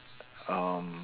um